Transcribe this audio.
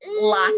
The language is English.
lots